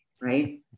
right